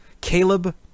Caleb